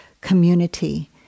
community